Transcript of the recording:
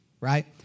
right